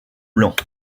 blanc